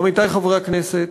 עמיתי חברי הכנסת,